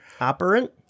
operant